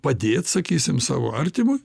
padėt sakysim savo artimu